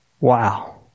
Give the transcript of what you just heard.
wow